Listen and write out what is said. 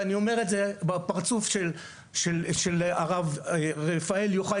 ואני אומר את זה בפרצוף של הרב רפאל יוחאי